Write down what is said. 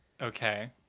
Okay